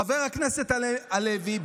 חבר הכנסת הלוי,